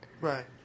Right